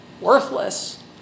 worthless